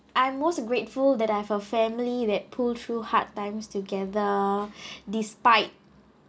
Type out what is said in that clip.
I'm most grateful that I have a family that pull through hard times together despite